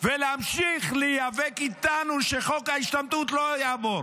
ולהמשיך להיאבק איתנו שחוק ההשתמטות לא יעבור.